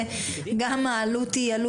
שגם שם העלות היא לא